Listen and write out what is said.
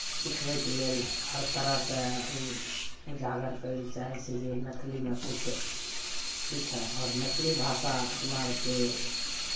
सिखबैक लेल हर तरहसँ ओ उजागर करय लेल चाहै छै जे मैथिलीमे किछु सीखय आओर मैथिली भाषा अपना आरके